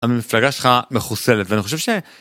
המפלגה שלך מחוסלת, ואני חושב ש...